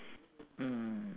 mm